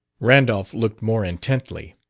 randolph looked more intently.